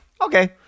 Okay